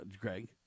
Greg